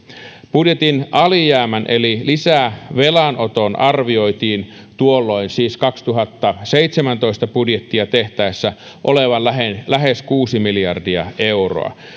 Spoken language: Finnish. budjetin alijäämän eli lisävelanoton arvioitiin tuolloin siis vuoden kaksituhattaseitsemäntoista budjettia tehtäessä olevan lähes lähes kuusi miljardia euroa